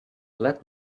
let